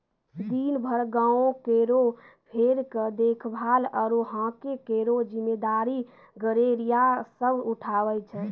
दिनभर गांवों केरो भेड़ के देखभाल आरु हांके केरो जिम्मेदारी गड़ेरिया सब उठावै छै